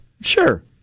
Sure